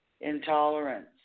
Intolerance